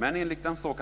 Men enligt den s.k.